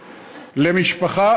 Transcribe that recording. למשפחה,